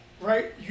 Right